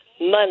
money